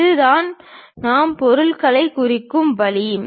இதுதான் நாம் பொருட்களைக் குறிக்கும் வழி